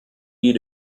you